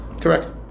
correct